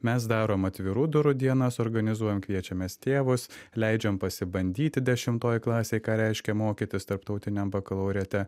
mes darom atvirų durų dienas organizuojam kviečiamės tėvus leidžiam pasibandyti dešimtoj klasėj ką reiškia mokytis tarptautiniam bakalaureate